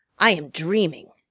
i am dreaming!